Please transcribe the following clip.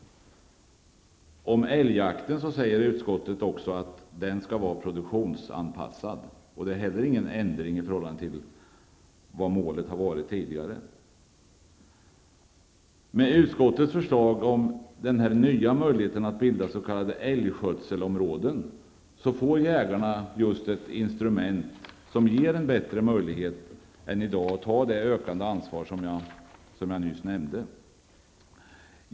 Om älgjakten säger utskottet att den skall vara produktionsanpassad. Det innebär heller ingen ändring i förhållande till vad målet tidigare varit. Med utskottets förslag om den nya möjligheten att bilda s.k. älgskötselområden, får jägarna ett instrument som ger en bättre möjlighet än i dag att ta det ökade ansvar som jag nyss nämnde.